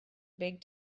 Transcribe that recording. big